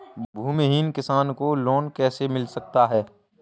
भूमिहीन किसान को लोन कैसे मिल सकता है?